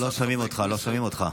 לא שומעים אותך.